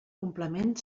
complement